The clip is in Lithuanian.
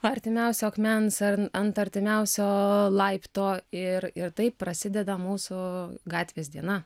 artimiausio akmens an ant artimiausio laipto ir ir taip prasideda mūsų gatvės diena